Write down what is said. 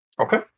Okay